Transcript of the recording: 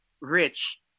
rich